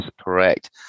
correct